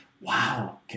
wow